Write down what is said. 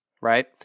right